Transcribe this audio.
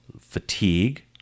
fatigue